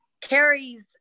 carries